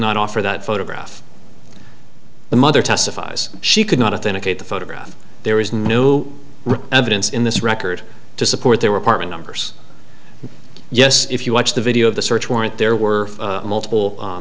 not offer that photograph the mother testifies she could not authentic at the photograph there is no evidence in this record to support their apartment numbers yes if you watch the video of the search warrant there were multiple